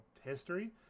history